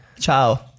Ciao